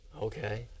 Okay